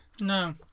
No